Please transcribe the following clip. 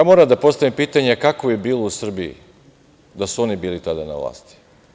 Moram da postavim pitanje – kako bi bilo u Srbiji da su oni bili tada na vlasti?